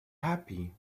happy